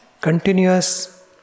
Continuous